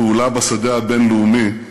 הפעולה בשדה הבין-לאומי,